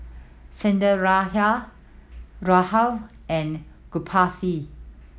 Sundaraiah Rahul and Gopinath